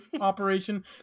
operation